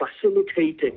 facilitating